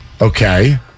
Okay